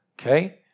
Okay